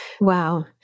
Wow